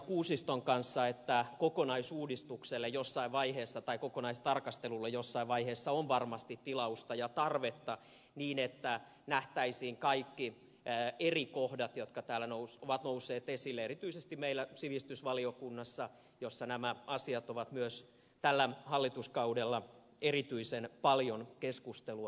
kuusiston kanssa että kokonaisuudistukselle tai kokonaistarkastelulle jossain vaiheessa on varmasti tilausta ja tarvetta niin että nähtäisiin kaikki eri kohdat jotka täällä ovat nousseet esille erityisesti meillä sivistysvaliokunnassa jossa nämä asiat ovat myös tällä hallituskaudella erityisen paljon keskustelua aiheuttaneet